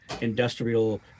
industrial